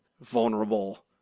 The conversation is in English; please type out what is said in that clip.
vulnerable